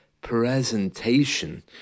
presentation